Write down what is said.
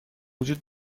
وجود